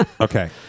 Okay